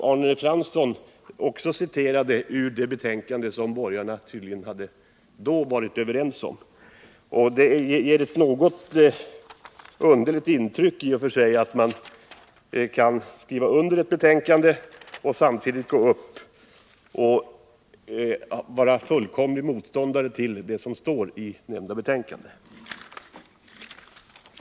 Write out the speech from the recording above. Arne Fransson citerade ju också ur det betänkande som borgarna då tydligen var överens om. Det gör i och för sig ett något underligt intryck att man kan skriva under ett betänkande och samtidigt gå upp och vara helt motståndare till det som står i betänkandet i fråga.